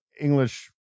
English